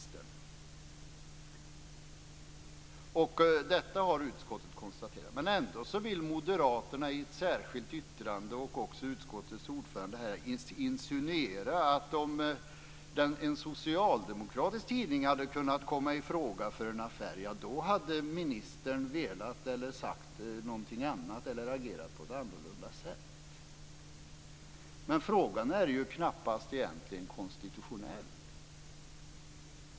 Så långt är det fakta. Detta har utskottet konstaterat. Men ändå vill moderaterna i ett särskilt yttrande, och nu också utskottets ordförande, insinuera att ministern hade sagt någonting annat eller agerat annorlunda om en socialdemokratisk tidning hade kunnat komma ifråga för en affär. Men den frågan är knappast konstitutionell.